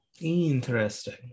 Interesting